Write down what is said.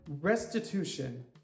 restitution